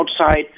outside